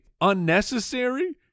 unnecessary